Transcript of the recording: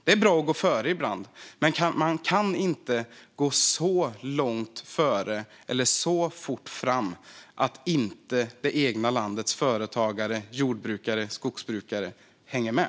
Det är bra att gå före ibland, men man kan inte gå så långt före eller så fort fram att inte det egna landets företagare, jordbrukare och skogsbrukare hänger med.